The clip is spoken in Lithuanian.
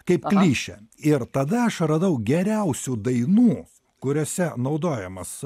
kaip klišė ir tada aš radau geriausių dainų kuriose naudojamas